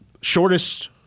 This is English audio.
Shortest